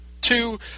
two